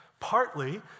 partly